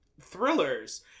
thrillers